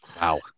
Wow